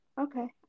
okay